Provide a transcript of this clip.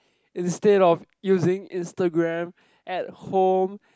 instead of using Instagram at home